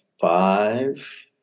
Five